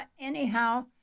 Anyhow